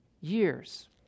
years